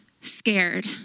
scared